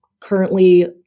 Currently